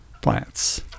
Plants